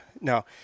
no